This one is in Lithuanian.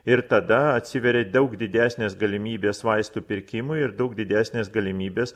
ir tada atsiveria daug didesnės galimybės vaistų pirkimui ir daug didesnės galimybės